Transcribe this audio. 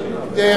רבותי,